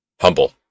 Humble